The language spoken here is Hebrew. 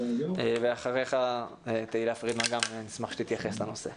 אחריך תהלה פרידמן, גם אשמח שתתייחס לנושא.